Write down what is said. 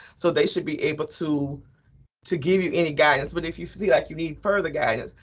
so they should be able to to give you any guidance. but if you feel like you need further guidance,